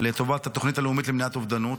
לטובת התוכנית הלאומית למניעת אובדנות.